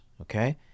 okay